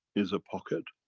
is a pocket.